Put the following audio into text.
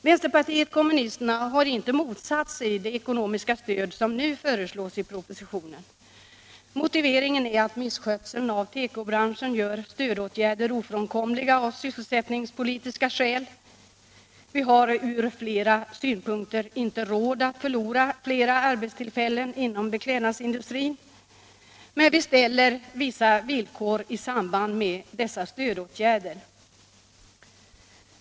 Vänsterpartiet kommunisterna har inte motsatt sig det ekonomiska stöd som nu föreslås i propositionen. Motiveringen är att misskötseln av tekobranschen gör stödåtgärder ofrånkomliga av sysselsättningspolitiska skäl. Vi har ur flera synpunkter inte råd att förlora fler arbetstillfällen inom beklädnadsindustrin. Men vi ställer vissa villkor i samband med dessa stödåtgärder.